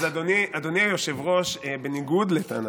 אז אדוני היושב-ראש, בניגוד לטענתך,